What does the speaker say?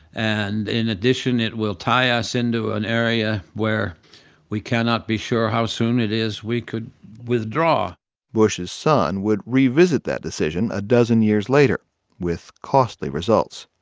and in addition, it will tie us into an area where we cannot be sure how soon it is we could withdraw bush's son would revisit that decision a dozen years later with costly results.